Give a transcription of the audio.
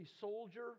soldier